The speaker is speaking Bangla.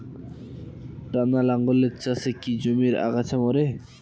টানা লাঙ্গলের চাষে কি জমির আগাছা মরে?